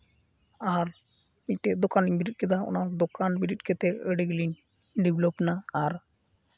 ᱟᱨ ᱢᱤᱫᱴᱮᱱ ᱫᱚᱠᱟᱱᱞᱤᱧ ᱵᱤᱨᱤᱫ ᱠᱮᱫᱟ ᱚᱱᱟ ᱫᱚᱠᱟᱱ ᱵᱤᱨᱤᱫ ᱠᱟᱛᱮᱫ ᱟᱹᱰᱤ ᱜᱮᱞᱤᱧ ᱰᱮᱵᱷᱞᱚᱯᱱᱟ ᱟᱨ